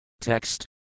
Text